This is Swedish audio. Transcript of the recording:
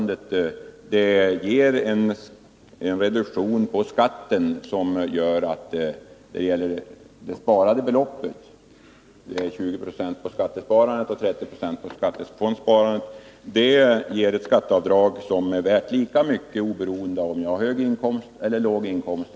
Det råder inget tvivel om att 20 26 på skattesparandet och 30 26 på skattefondssparandet innebär ett skatteavdrag som är värt lika mycket oberoende av om vederbörande har hög eller låg inkomst.